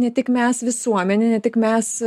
ne tik mes visuomenė ne tik mes